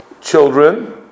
children